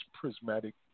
Prismatic